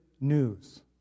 news